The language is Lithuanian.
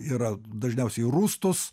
yra dažniausiai rūstūs